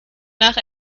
nach